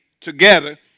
together